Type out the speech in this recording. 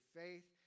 faith